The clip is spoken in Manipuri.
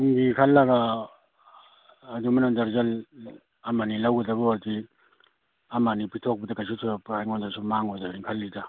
ꯇꯨꯡꯒꯤ ꯈꯜꯂꯒ ꯑꯗꯨꯃꯥꯏꯅ ꯗꯔꯖꯜ ꯑꯃꯅꯤ ꯂꯧꯒꯗꯕ ꯑꯣꯏꯔꯗꯤ ꯑꯃꯅꯤ ꯄꯤꯊꯣꯛꯄꯗ ꯀꯩꯁꯨ ꯊꯣꯏꯗꯣꯛꯄ ꯑꯩꯉꯣꯟꯗꯁꯨ ꯃꯥꯡꯉꯣꯏꯗꯣꯏꯅꯤ ꯈꯜꯂꯤꯗ